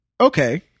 Okay